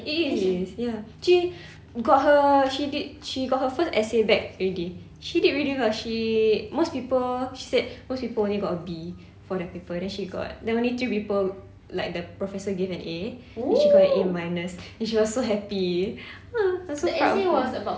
it is it is ya actually got her she did she got her first essay back already she did really well she most people she said most people only got a B for that paper then she got then only three people like their professor gave an A then she got an A minus then she was so happy I'm so proud of her